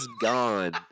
gone